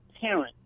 parent